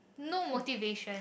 no motivation